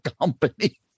company